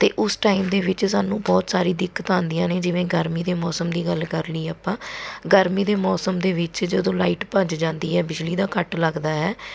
ਅਤੇ ਉਸ ਟਾਈਮ ਦੇ ਵਿੱਚ ਸਾਨੂੰ ਬਹੁਤ ਸਾਰੀ ਦਿੱਕਤਾਂ ਆਉਂਦੀਆਂ ਨੇ ਜਿਵੇਂ ਗਰਮੀ ਦੇ ਮੌਸਮ ਦੀ ਗੱਲ ਕਰਨੀ ਆਪਾਂ ਗਰਮੀ ਦੇ ਮੌਸਮ ਦੇ ਵਿੱਚ ਜਦੋਂ ਲਾਈਟ ਭੱਜ ਜਾਂਦੀ ਹੈ ਬਿਜਲੀ ਦਾ ਕੱਟ ਲੱਗਦਾ ਹੈ